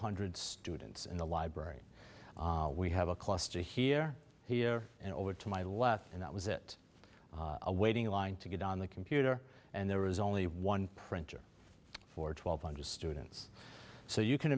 hundred students in the library we have a cluster here here and over to my left and that was it waiting in line to get on the computer and there was only one printer for twelve hundred students so you can